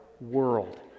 world